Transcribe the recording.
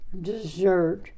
dessert